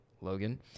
Logan